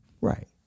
Right